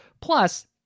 Plus